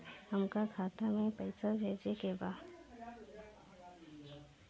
हमका खाता में पइसा भेजे के बा